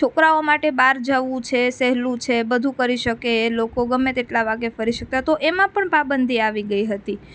છોકરાઓ માટે બહાર જવું છે સહેલું છે બધું કરી શકે એ લોકો ગમે તેટલા વાગ્યે ફરી શકતા તો એમાં પણ પાબંધી આવી ગઈ હતી